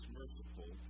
merciful